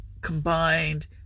combined